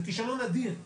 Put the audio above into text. זה כישלון אדיר.